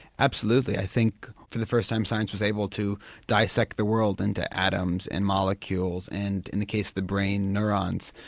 absolutely, i think for the first time science was able to dissect the world into atoms and molecules and, in the case the brain, neurons.